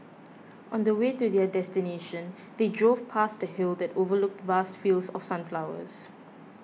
on the way to their destination they drove past a hill that overlooked vast fields of sunflowers